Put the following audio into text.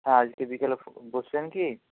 হ্যাঁ আজকে বিকেলে বসছেন কি